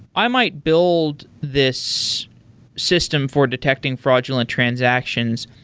i might build this system for detecting fraudulent transactions.